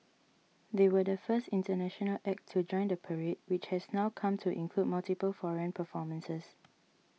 they were the first international act to join the parade which has now come to include multiple foreign performances